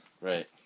right